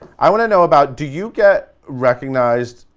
i want to know about, do you get recognized.